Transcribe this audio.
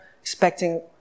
expecting